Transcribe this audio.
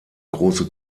große